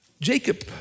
Jacob